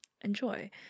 enjoy